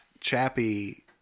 Chappie